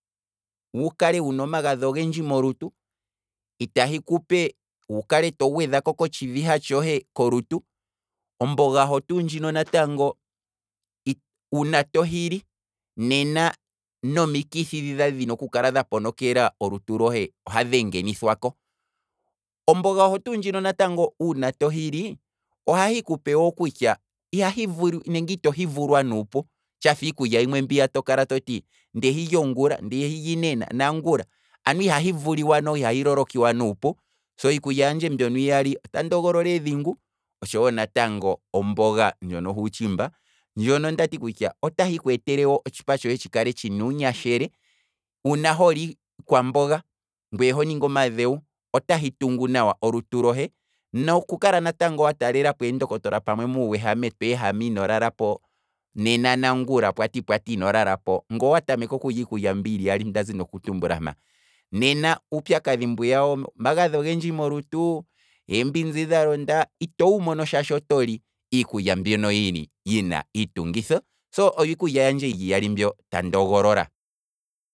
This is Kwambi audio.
Wukale wuna omagadhi ogendji molutu, itahi kupe wu kale to gwedhako kotshiviha tshohe kolutu, omboga oho tuu ndjino natango, uuna to hili nena nomikithi dhi dhali dhina oku kala dha ponokela olutu lohe ohadhi engenithwako. Omboga oho tuu ndjino natango uuna to hili, ohahi kupewo kutya, iha hi vulu, nenge itohi vulwa nuupu tshafa iikulya yimwe mbiya tokala toti tyilyo ngula, ndeyi lyi nena nangula, ano ihahi vuliwa nenge ihahi lolokiwa nuupu, so iikulya yandje mbyono iyali, otandi ogolola eedhingu natango nomboga ndjono huutshimba. ndjono ndati kutya, otahi kweetele otshipa tshohe tshikale tshina uunyashele, uuna holi iikwamboga ngwee honingi omadhewu, otahi tungu nawa olutu lohe, nokukala wa talelapo eendokotola napamwe muu wehame tweehama ino lalapo, nena nangula pwati pwati ino lalapo, ngoo wa tameke okulya iikulya yili iyali ndazi noku tumbula mpa, nena uupyakadhi mbwiya womagadhi ogendji molutu, eembinzi dha londa, itoyi mono shaashi otoli iikulya mbiya yina iitungitho, so, oyo iikulya yandje yili iyali mbyoo tando golola.